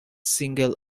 single